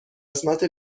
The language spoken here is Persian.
قسمت